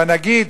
והנגיד,